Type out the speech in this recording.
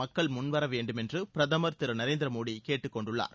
மக்கள் முன்வர வேண்டுமென்று பிரதம் திரு நரேந்திர மோடி கேட்டுக்கொண்டுள்ளார்